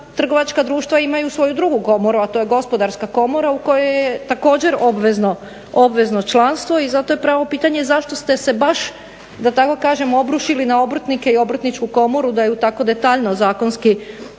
trgovačka društva imaju svoju drugu komoru, a to je Gospodarska komora u kojoj je također obvezno članstvo. I zato je pravo pitanje zašto ste se baš da tako kažem obrušili na obrtnike i Obrtničku komoru da je tako detaljno zakonski